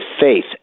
faith